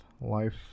life